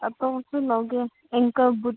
ꯑꯇꯣꯞꯄꯁꯨ ꯂꯧꯒꯦ ꯑꯦꯡꯀꯜ ꯕꯨꯠ